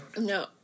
no